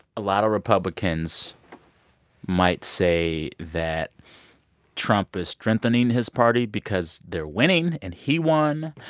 a lot of republicans might say that trump is strengthening his party because they're winning and he won.